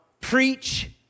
Preach